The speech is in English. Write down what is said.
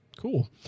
Cool